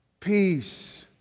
Peace